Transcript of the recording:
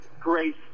grace